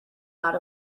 not